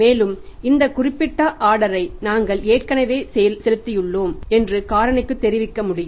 மேலும் இந்த குறிப்பிட்ட ஆர்டரை நாங்கள் ஏற்கனவே செலுத்தியுள்ளோம் என்று காரணிக்கு தெரிவிக்க முடியும்